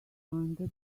under